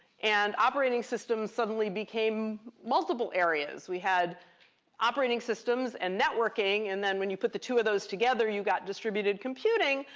and operating systems suddenly became multiple areas. we had operating systems and networking. and then when you put the two of those together, you got distributed computing,